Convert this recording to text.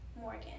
Morgan